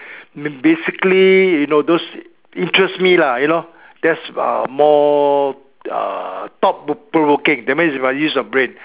basically you know those interest me lah you know that's uh more uh thought provoking that means must use your brain